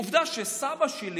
עובדה שסבא שלי